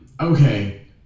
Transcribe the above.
okay